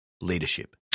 leadership